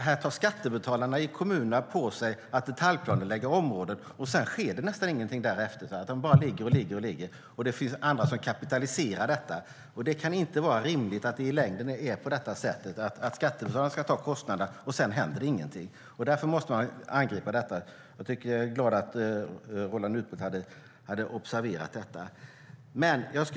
Här tar skattebetalarna i kommunerna på sig att detaljplanelägga områden, och sedan sker det nästan ingenting därefter, utan de bara ligger och ligger. Det finns andra som kapitaliserar detta. Det kan inte vara rimligt att skattebetalarna i längden ska ta kostnaderna och att det sedan inte händer något. Det måste man angripa. Jag är glad att Roland Utbult hade observerat detta.